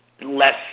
less